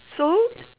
so